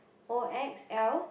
O X L